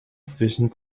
zwischen